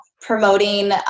promoting